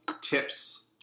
tips